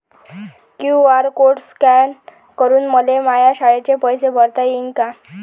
QR code scan करून मले माया शाळेचे पैसे भरता येईन का?